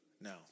No